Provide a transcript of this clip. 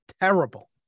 terrible